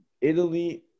Italy